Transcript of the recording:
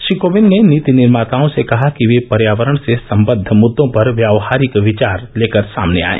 श्री कोविंद ने नीति निर्माताओं से कहा कि वे पर्यावरण से सबद्ध मुद्दों पर व्यावहारिक विचार सामने लेकर आएं